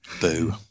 Boo